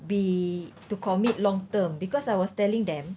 be to commit long term because I was telling them